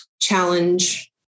challenge